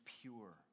pure